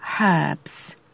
herbs